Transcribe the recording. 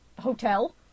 hotel